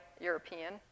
European